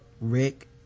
rick